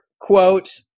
quote